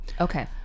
Okay